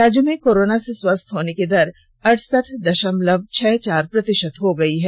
राज्य में कोरोना से स्वस्थ होने की दर अरसठ दषमलव छह चार प्रतिषत हो गई है